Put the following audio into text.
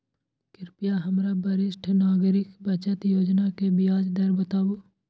कृपया हमरा वरिष्ठ नागरिक बचत योजना के ब्याज दर बताबू